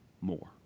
more